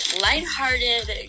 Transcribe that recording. lighthearted